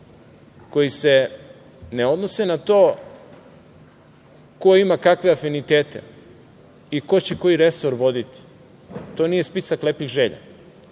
koji se ne odnose na to ko ima kakve afinitete i ko će koji resor voditi, to nije spisak lepih želja.